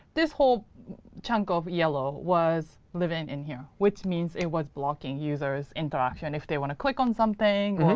this whole chunk of yellow was living in here, which means it was blocking users' interactions. if they want to click on something,